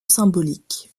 symbolique